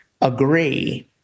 agree